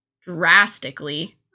drastically